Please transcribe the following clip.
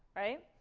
right?